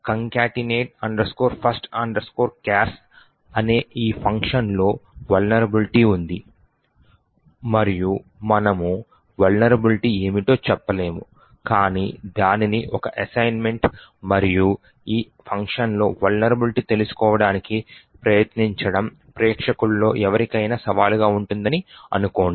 concatenate first chars అనే ఈ ఫంక్షన్లో vulnerability ఉంది మరియు మనము వలనరబిలిటీ ఏమిటో చెప్పలేము కాని దానిని ఒక అసైన్మెంట్ మరియు ఈ ఫంక్షన్లో వలనరబిలిటీ తెలుసుకోవడానికి ప్రయత్నించడం ప్రేక్షకుల్లో ఎవరికైనా సవాలుగా ఉంటుందని అనుకోండి